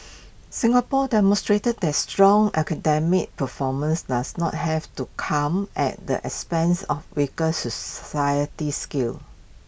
Singapore demonstrates that strong academic performance does not have to come at the expense of weaker society skills